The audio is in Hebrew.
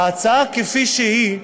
ההצעה כפי שהיא,